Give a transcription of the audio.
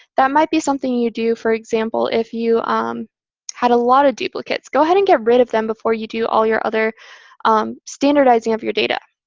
that might be something you do, for example, if you um had a lot of duplicates. go ahead and get rid of them before you do all your other um standardizing of your data.